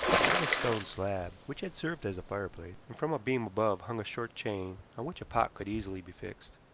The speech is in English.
there was a stone slab which had served as a fireplace, and from a beam above hung a short chain, on which a pot could easily be fixed.